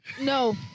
No